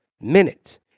minutes